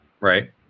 Right